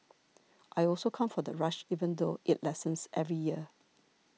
I also come for the rush even though it lessens every year